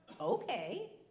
Okay